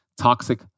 toxic